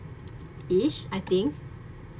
ish I think